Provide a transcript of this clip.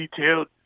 detailed